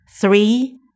Three